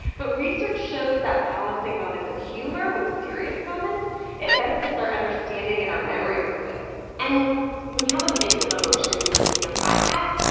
but research shows that balancing moments of humor with serious moments it benefits our understanding and our memories of things and when you have a mix of emotions in a podcast,